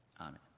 Amen